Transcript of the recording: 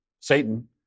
Satan